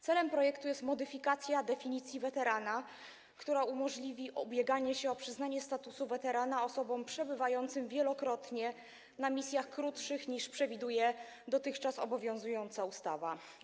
Celem projektu jest modyfikacja definicji weterana, która umożliwi ubieganie się o przyznanie statusu weterana osobom przebywającym wielokrotnie na misjach krótszych, niż przewiduje dotychczas obowiązująca ustawa.